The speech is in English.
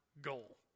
goal